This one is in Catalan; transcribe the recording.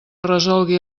resolgui